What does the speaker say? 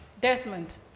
Desmond